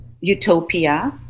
utopia